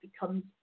becomes